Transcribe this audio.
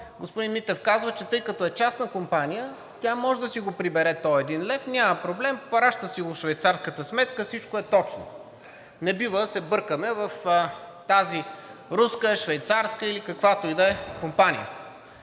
господин Митев казва, че тъй като е частна компания, тя може да си го прибере този един лев, няма проблем, праща си го в швейцарската сметка, всичко е точно. Не бива да се бъркаме в тази руска, швейцарска или каквато и да е компания.